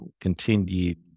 continued